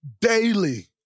daily